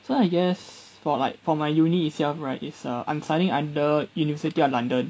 so I guess for like for my uni itself right it's err I'm studying under university of london